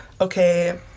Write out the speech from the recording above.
okay